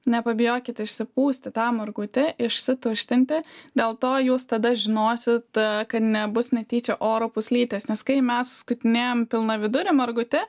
nepabijokit išsipūsti tą margutį išsituštinti dėl to jūs tada žinosit kad nebus netyčia oro pūslytės nes kai mes skutinėjam pilnavidurį margutį